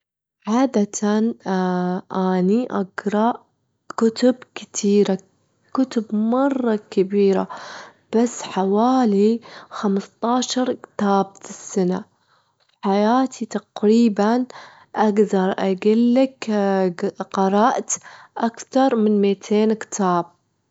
عادةً أني أجرا كتب كتيرة، كتب مرة كبيرة، بس حوالي خمستاشر كتاب في السنة، في حياتي تقريبًا أجدر أجيلك قرأت أكتر من متين كتاب.